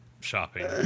shopping